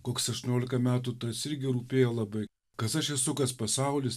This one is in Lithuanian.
koks aštuoniolika metų tas irgi rūpėjo labai kas aš esu kas pasaulis